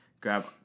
grab